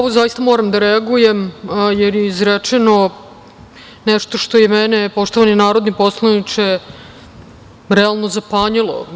Na ovo zaista moram da reagujem, jer je izrečeno nešto što je mene, poštovani narodni poslaniče, realno zapanjilo.